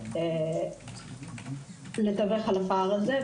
יכולת לתווך את הפער הזה.